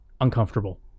uncomfortable